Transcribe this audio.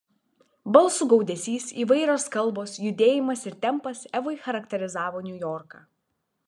balsų gaudesys įvairios kalbos judėjimas ir tempas evai charakterizavo niujorką